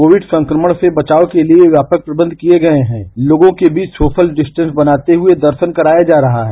Covid संक्रमण से बचाव के लिये व्यापक प्रबन्ध किये गये हैं लोगों के बीच सोशल डिस्टेस बनाते हुए दर्शन कराया जा रहा है